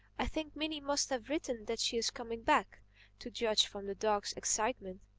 i think minnie must have written that she is coming back to judge from the dog's excitement.